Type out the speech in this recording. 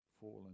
fallen